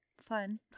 fun